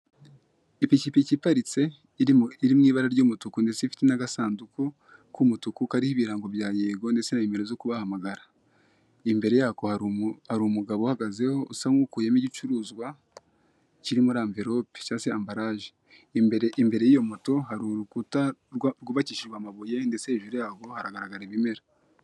Ipikipiki iparitse iri mu ibara ry'umutuku ndetse ifite agasanduku k'umutuku kariho ibirango bya yego ndetse na nimero zo kubahamagara, imbere yako hari umugabo uhagazeho usa nukuyeho igicuruzwa kiri muri amverope cyangwa se ambaraje imbere yiyo moto hari urukuta rwubakishijwe amabuye ndetse hejuru yarwo haragaragara ibimera.